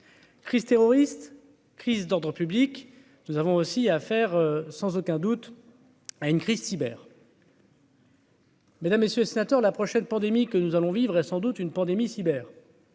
Chris terroriste crise d'dans public, nous avons aussi à faire, sans aucun doute à une crise cyber. Mesdames, messieurs, sénateur, la prochaine pandémie que nous allons vivre et sans doute une pandémie cyber.